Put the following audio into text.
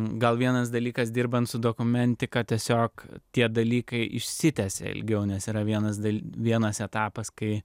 gal vienas dalykas dirbant su dokumentika tiesiog tie dalykai išsitęsia ilgiau nes yra vienas dar vienas etapas kai